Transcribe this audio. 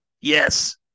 yes